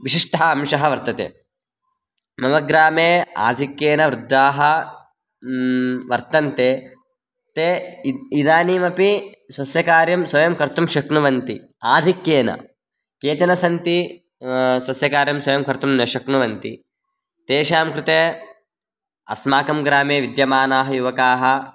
विशिष्टः अंशः वर्तते मम ग्रामे आधिक्येन वृद्धाः वर्तन्ते ते इद् इदानीमपि स्वस्य कार्यं स्वयं कर्तुं शक्नुवन्ति आधिक्येन केचन सन्ति स्वस्य कार्यं स्वयं कर्तुं न शक्नुवन्ति तेषां कृते अस्माकं ग्रामे विद्यमानाः युवकाः